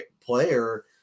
player